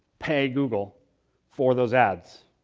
pay google for those ads